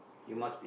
K